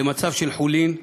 למצב של חולין,